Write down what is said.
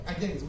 Again